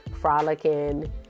frolicking